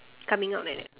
coming out like that